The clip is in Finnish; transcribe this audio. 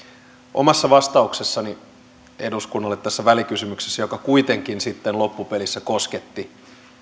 omassa vastauksessani eduskunnalle tässä välikysymyksessä joka kuitenkin sitten loppupelissä kosketti